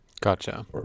Gotcha